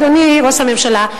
אדוני ראש הממשלה,